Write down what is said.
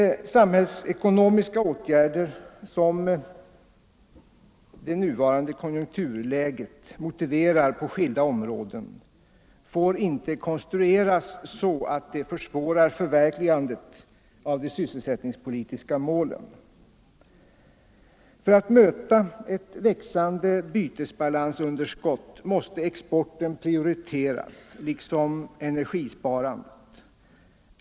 De samhällsekonomiska åtgärder som det nuvarande konjunkturläget motiverar på skilda områden får inte konstrueras så att de försvårar förverkligandet av de sysselsättningspolitiska målen. För att möta ett växande bytesbalansunderskott måste exporten prioriteras liksom energisparandet.